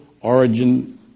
origin